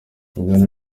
bwana